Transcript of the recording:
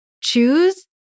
choose